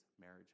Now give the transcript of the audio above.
marriage